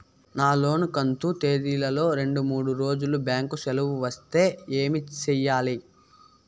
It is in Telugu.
నా లోను కంతు తేదీల లో రెండు మూడు రోజులు బ్యాంకు సెలవులు వస్తే ఏమి సెయ్యాలి?